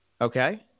Okay